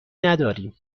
نداریم